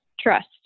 Trust